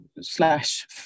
slash